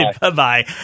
Bye-bye